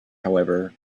however